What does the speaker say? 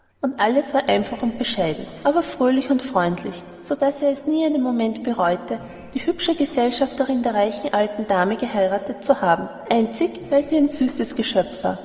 und alles war einfach und bescheiden aber fröhlich und freundlich so daß er es nie einen moment bereute die hübsche gesellschafterin der reichen alten dame geheiratet zu haben einzig weil sie ein süßes geschöpf war